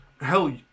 Hell